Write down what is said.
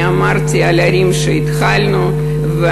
דיברתי על ערים שהתחלנו לבנות בהן,